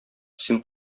син